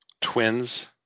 twins